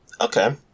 Okay